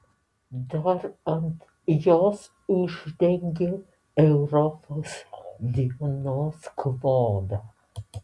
dar ant jos uždengiu europos dienos klodą